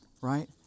right